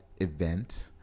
event